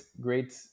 great